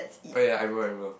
oh ya I remember remember